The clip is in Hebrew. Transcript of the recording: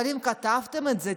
אבל אם כתבתם את זה,